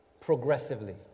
progressively